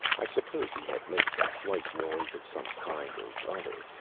i suppose he had made some slight noise of some kind or other.